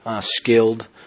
skilled